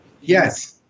Yes